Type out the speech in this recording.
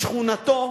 בשכונתו,